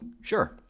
Sure